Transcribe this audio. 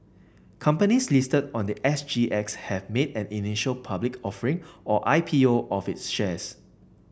companies listed on the S G X have made an initial public offering or I P O of its shares